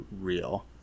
real